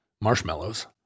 marshmallows